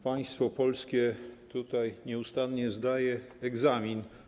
Państwo polskie tutaj nieustannie zdaje egzamin.